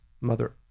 mother